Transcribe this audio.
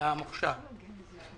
המוכש"ר.